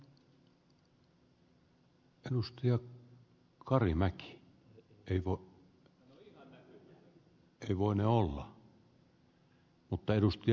arvoisa puhemies